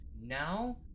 Now